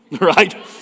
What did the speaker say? right